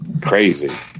crazy